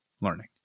learning